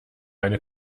eine